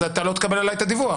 אז אתה לא תקבל עליי את הדיווח.